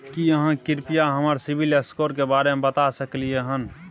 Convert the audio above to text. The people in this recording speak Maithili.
की आहाँ कृपया हमरा सिबिल स्कोर के बारे में बता सकलियै हन?